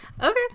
okay